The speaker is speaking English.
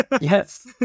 Yes